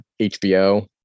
HBO